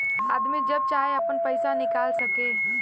आदमी जब चाहे आपन पइसा निकाल सके